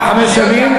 חמש שנים.